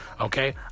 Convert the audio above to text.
Okay